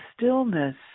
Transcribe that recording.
stillness